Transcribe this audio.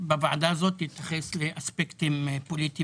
לא עושים הצהרת כוונות.